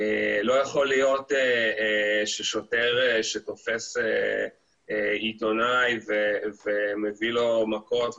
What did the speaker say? לא יכול להיות ששוטר שתופס עיתונאי ונותן לו מכות,